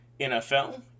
NFL